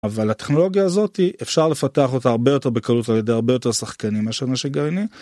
אבל הטכנולוגיה הזאתי אפשר לפתח אותה הרבה יותר בקלות על ידי הרבה יותר שחקנים מאשר נשק גרעיני.